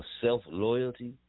self-loyalty